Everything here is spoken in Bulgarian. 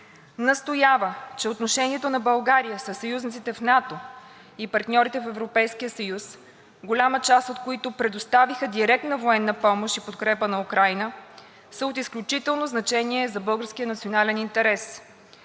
Настоява, че отношенията на България със съюзниците в НАТО и партньорите в Европейския съюз, голяма част от които предоставиха директна военна помощ и подкрепа на Украйна, са от изключително значение за българския национален интерес.